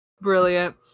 Brilliant